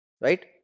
Right